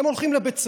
הם הולכים לבית הספר.